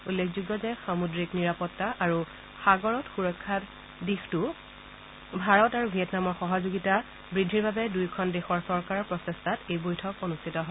উল্লেখযোগ্য যে সামুদ্ৰিক নিৰাপত্তা আৰু সাগৰত সুৰক্ষাৰ দিশৰ ক্ষেত্ৰত ভাৰত আৰু ভিয়েটনামৰ সহযোগিতা বৃদ্ধিৰ বাবে দুয়োখন দেশৰ চৰকাৰৰ প্ৰচেষ্টাত এই বৈঠক অনুষ্ঠিত হয়